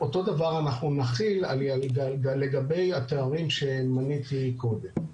אותו דבר אנחנו נחיל לגבי התארים שמניתי קודם.